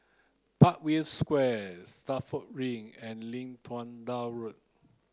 Parkview Square Stagmont Ring and Lim Tua Tow Road